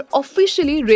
officially